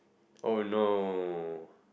oh no